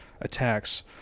attacks